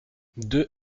deux